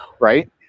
Right